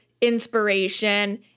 inspiration